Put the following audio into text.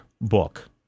book